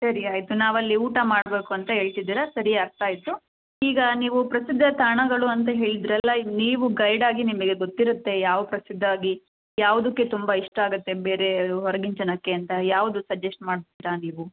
ಸರಿ ಆಯಿತು ನಾವು ಅಲ್ಲಿ ಊಟ ಮಾಡಬೇಕು ಅಂತ ಹೇಳ್ತಿದ್ದೀರಾ ಸರಿ ಅರ್ಥ ಆಯಿತು ಈಗ ನೀವು ಪ್ರಸಿದ್ಧ ತಾಣಗಳು ಅಂತ ಹೇಳಿದ್ರಲ್ಲ ಈಗ ನೀವು ಗೈಡ್ ಆಗಿ ನಿಮಗೆ ಗೊತ್ತಿರುತ್ತೆ ಯಾವ ಪ್ರಸಿದ್ಧ ಆಗಿ ಯಾವುದಕ್ಕೆ ತುಂಬ ಇಷ್ಟ ಆಗುತ್ತೆ ಬೇರೆ ಹೊರ್ಗಿನ ಜನಕ್ಕೆ ಅಂತ ಯಾವುದು ಸಜೆಶ್ಟ್ ಮಾಡ್ತೀರ ನೀವು